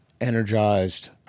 energized